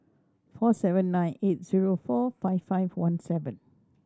four seven nine eight zero four five five one seven